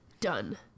Done